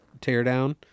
teardown